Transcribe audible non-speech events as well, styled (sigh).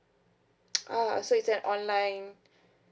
(noise) so uh so it's an online